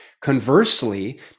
Conversely